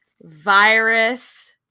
virus